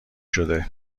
شده